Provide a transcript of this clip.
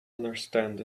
understand